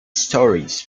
stories